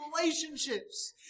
relationships